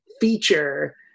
feature